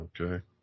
Okay